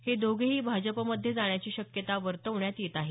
हे दोघेही भाजपमध्ये जाण्याची शक्यता वर्तवण्यात येत आहे